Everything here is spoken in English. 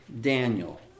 Daniel